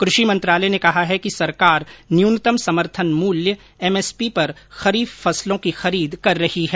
कृषि मंत्रालय ने कहा है कि सरकार न्यूनतम समर्थन मूल्य एमएसपी पर खरीफ फसलों की खरीद कर रही है